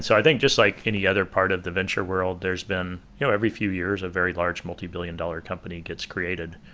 so i think just like any other part of the venture world, there's been you know every few years a very large multi-billion dollar company gets created.